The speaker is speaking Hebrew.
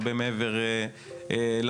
הרבה מעבר למרכז.